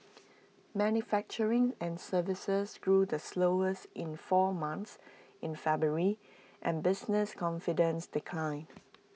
manufacturing and services grew the slowest in four months in February and business confidence declined